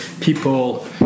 people